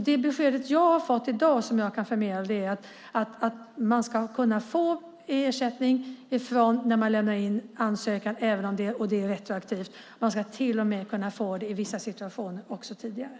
Det besked jag har fått i dag och kan förmedla här är att man ska kunna få ersättning från den dag man lämnar in ansökan, och det gäller även retroaktivt. Man ska till och med kunna få ersättning tidigare i vissa situationer.